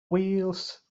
wheels